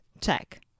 check